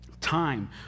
time